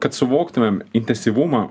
kad suvoktumėm intensyvumą